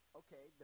okay